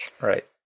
Right